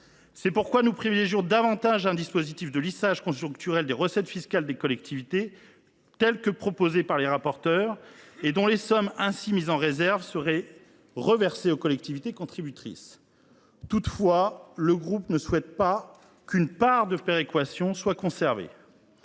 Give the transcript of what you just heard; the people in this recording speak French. tel mécanisme, nous préférons le dispositif de lissage conjoncturel des recettes fiscales des collectivités, tel qu’il est proposé par les rapporteurs, et dont les sommes ainsi mises en réserve seraient reversées aux collectivités contributrices. Par ailleurs, notre groupe ne souhaite pas qu’une part de péréquation soit conservée.